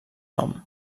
nom